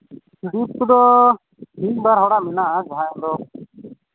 ᱢᱤᱫ ᱵᱟᱨ ᱦᱚᱲᱟᱜ ᱢᱮᱱᱟᱜᱼᱟ ᱡᱟᱦᱟᱸᱭ ᱠᱚᱫᱚ